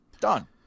Done